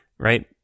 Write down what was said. Right